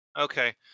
Okay